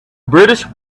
british